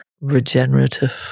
regenerative